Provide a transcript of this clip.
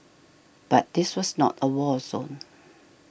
but this was not a war zone